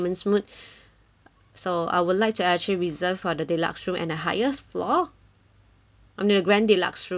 so I would like to actually reserved for the deluxe room at the highest floor on the grand deluxe room yes sorry